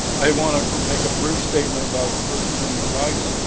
i want to make a brief statement about the first amendment rights